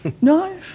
No